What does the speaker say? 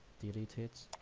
delete it